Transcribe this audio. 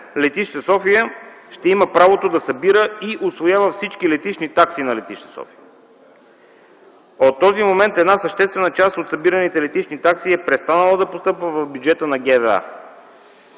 летище София ще има правото да събира и усвоява всички летищни такси на летище София. От този момент една съществена част от събираните летищни такси е престанала да постъпва в бюджета на ГВА.